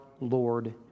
Lord